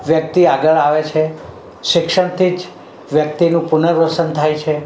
વ્યક્તિ આગળ આવે છે શિક્ષણથી જ વ્યક્તિનું પુનર્વસન થાય છે